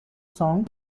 song